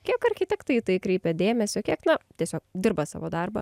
kiek architektai į tai kreipia dėmesio kiek na tiesiog dirba savo darbą